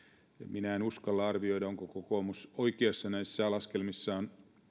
minä en uskalla arvioida onko kokoomus oikeassa näissä laskelmissaan